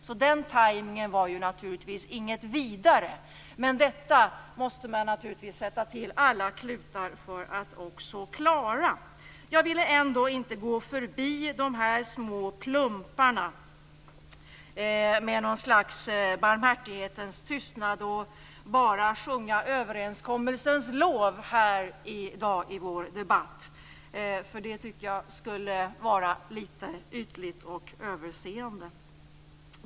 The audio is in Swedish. Så den tajmningen var inte något vidare. Men man måste naturligtvis sätta till alla klutar för att också klara detta. Jag ville ändå inte gå förbi de här små plumparna med något slags barmhärtighetens tystnad och bara sjunga överenskommelsens lov här i dag i vår debatt. Det tycker jag skulle vara litet ytligt och överseende.